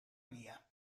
via